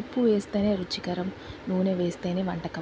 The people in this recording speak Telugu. ఉప్పు వేస్తేనే రుచికరం నూనె వేస్తేనే వంటకం